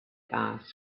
asked